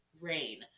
rain